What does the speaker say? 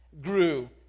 grew